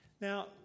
Now